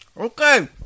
Okay